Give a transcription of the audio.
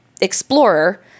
Explorer